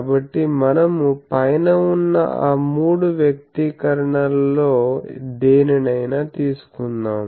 కాబట్టి మనము పైన ఉన్న ఆ మూడు వ్యక్తీకరణలలో దేనినైనా తీసుకుందాం